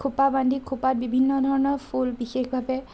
খোপা বান্ধি খোপাত বিভিন্ন ধৰণৰ ফুল বিশেষভাৱে